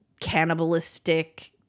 cannibalistic